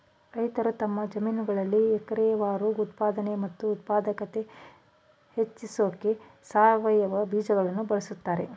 ರೈತರು ತಮ್ಮ ಜಮೀನುಗಳಲ್ಲಿ ಎಕರೆವಾರು ಉತ್ಪಾದನೆ ಮತ್ತು ಉತ್ಪಾದಕತೆ ಹೆಚ್ಸೋಕೆ ಸಾವಯವ ಬೀಜಗಳನ್ನು ಬಳಸ್ತಾರೆ